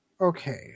okay